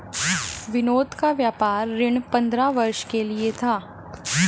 विनोद का व्यापार ऋण पंद्रह वर्ष के लिए था